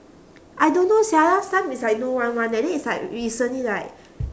I don't know sia last time is like no one want leh then is like recently like